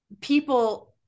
People